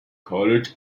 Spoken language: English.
colored